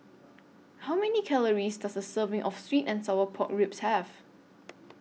How Many Calories Does A Serving of Sweet and Sour Pork Ribs Have